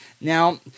Now